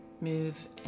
move